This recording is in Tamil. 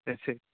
சரி சரி